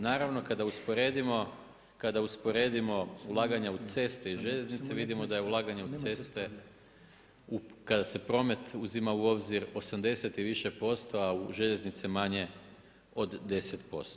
Naravno kada usporedimo ulaganja u ceste i željeznice, vidimo da je ulaganje u ceste, kada se promet uzima u obzir 80 i više posto, a željeznici manje od 10%